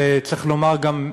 וצריך לומר גם,